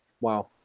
Wow